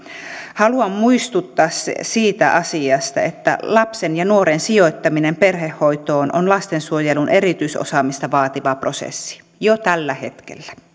haluan muistuttaa siitä asiasta että lapsen ja nuoren sijoittaminen perhehoitoon on lastensuojelun erityisosaamista vaativa prosessi jo tällä hetkellä